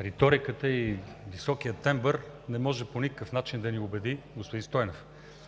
риториката и високия тембър не може по никакъв начин да ни убеди господин Стойнев.